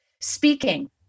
speaking